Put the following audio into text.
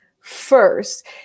first